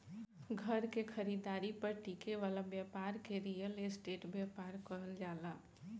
घर के खरीदारी पर टिके वाला ब्यपार के रियल स्टेट ब्यपार कहल जाला